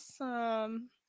Awesome